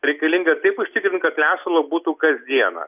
reikalinga taip užtikrint kad lesalo būtų kasdieną